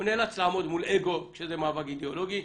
לעמוד מול אגו כשזה מאבק אידיאולוגי.